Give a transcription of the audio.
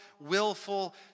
willful